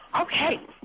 Okay